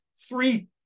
three